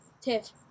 Tiff